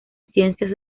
ciencias